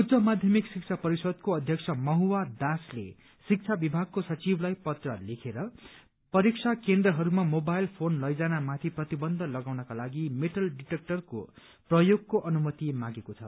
उच्च माध्यमिक शिक्षा परिषदको अध्यक्ष महुआ दासले शिक्षा विभागको सचिवलाई पत्र लेखेर परीक्षा केन्द्रहरूमा मोबाइल फोन लैजानमाथि प्रतिबन्ध लगाउनका लागि मेटल डिटेक्टरको प्रयोगको अनुमति मागेको छ